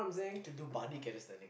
to do body calisthenic